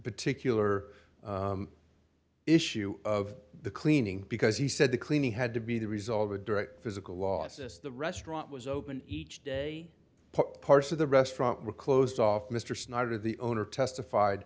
particular issue of the cleaning because he said the cleaning had to be the result of a direct physical losses the restaurant was open each day parts of the restaurant were closed off mr snyder the owner testified